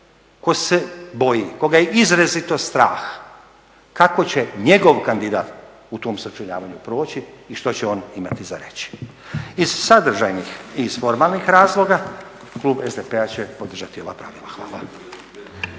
tko se boji, koga je izrazito strah kako će njegov kandidat u tom sučeljavanju proći i što će on imati za reći. Iz sadržajnih i iz formalnih razloga klub SDP-a će podržati ova pravila. Hvala.